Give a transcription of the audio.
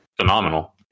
phenomenal